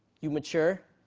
you mature,